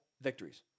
victories